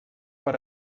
per